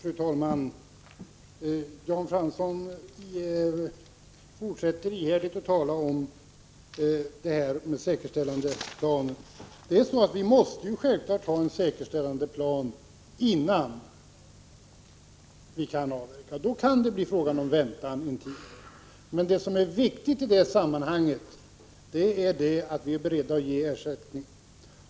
Fru talman! Jan Fransson fortsätter ihärdigt att tala om säkerställandeplanen. Vi måste självfallet ha en säkerställandeplan innan vi kan avverka. Då kan det bli fråga om väntan en tid, men det som är viktigt i sammanhanget är att vi är beredda att ge ersättning.